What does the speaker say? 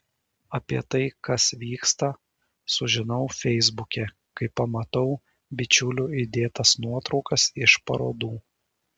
apie tai kas vyksta sužinau feisbuke kai pamatau bičiulių įdėtas nuotraukas iš parodų